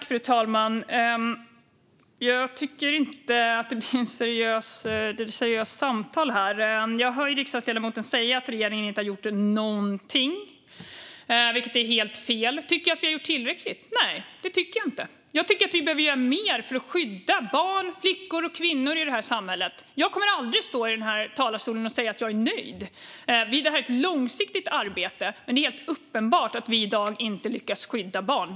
Fru talman! Jag tycker inte att det blir ett seriöst samtal här. Jag hör riksdagsledamoten säga att regeringen inte har gjort någonting, vilket är helt fel. Tycker jag att vi har gjort tillräckligt? Nej, det tycker jag inte. Jag tycker att vi behöver göra mer för att skydda barn, flickor och kvinnor i det här samhället. Jag kommer aldrig att stå i talarstolen och säga att jag är nöjd. Det är ett långsiktigt arbete, och det är helt uppenbart att vi i dag inte lyckas skydda barn.